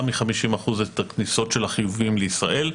מ-50% את הכניסות של החיוביים לישראל.